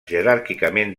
jeràrquicament